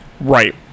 Right